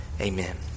Amen